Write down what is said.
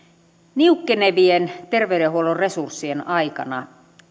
niukkenevien terveydenhuollon resurssien aikana